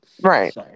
right